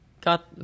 got